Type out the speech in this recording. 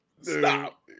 Stop